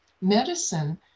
medicine